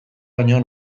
baino